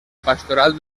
pastoral